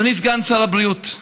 אדוני סגן שר הבריאות,